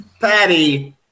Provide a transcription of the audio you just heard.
Patty